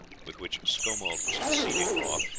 with which scomalt was exceeding wroth,